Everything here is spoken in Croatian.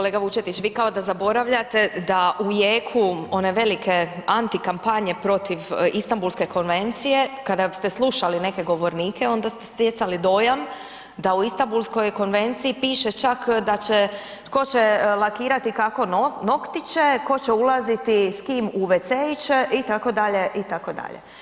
Kolega Vučetić vi kao da zaboravljate da u jeku one velike antikampanje protiv Istanbulske konvencije kada ste slušali neke govornike, onda ste stjecali dojam da u Istanbulskoj konvenciji piše čak da će, tko će lakirati kako noktiće, tko će ulaziti s kime u wc-iće itd., itd.